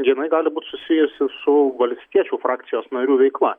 jinai gali būt susijusi su valstiečių frakcijos narių veikla